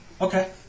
Okay